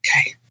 okay